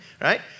Right